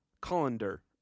colander